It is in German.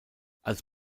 als